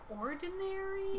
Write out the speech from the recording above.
ordinary